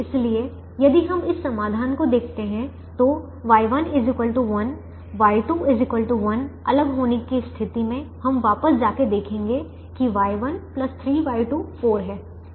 इसलिए यदि हम इस समाधान को देखते हैं तो Y1 1 Y2 1 अलग होने की स्थिति में हम वापस जाकर देखेंगे कि Y1 3Y2 4 है Y3 0 है